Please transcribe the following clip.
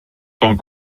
tant